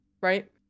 right